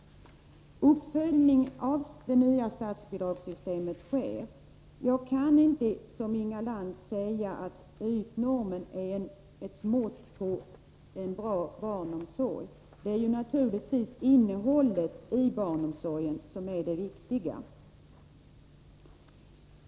Det sker en uppföljning av det nya statsbidragssystemet. Jag kan inte, som Inga Lantz gör, säga att ytnormen är ett mått på en bra barnomsorg. Det är naturligtvis innehållet i barnomsorgen som är det viktiga.